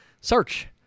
Search